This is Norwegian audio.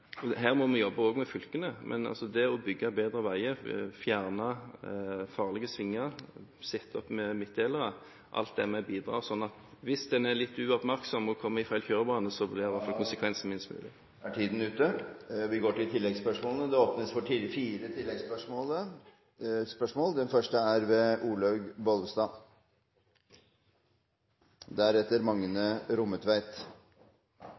Her må vi også jobbe med fylkene. Ved å bygge bedre veier, fjerne farlige svinger, sette opp midtdelere – alt dette – bidrar vi til at konsekvensene hvis en er litt uoppmerksom og kommer over i feil kjørebane, blir færrest mulig. Det åpnes for fire oppfølgingsspørsmål – først Olaug V. Bollestad. Før jul hadde vi